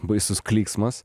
baisus klyksmas